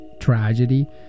tragedy